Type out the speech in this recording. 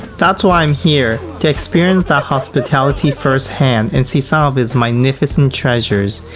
that's why i am here, to experience that hospitality first hand, and see some of its magnificent treasures,